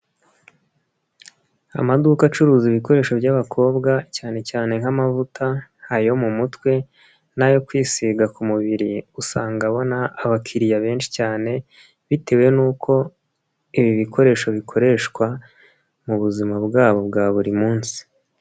Amaduka acuruza ibikoresho by'abakobwa cyane cyane nk'amavuta ayo mu mutwe n'ayo kwisiga ku mubiri usanga abona abakiriya benshi cyane, bitewe nuko ibi bikoresho bikoreshwa mu buzima bwabo bwa buri munsi.